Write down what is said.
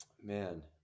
Man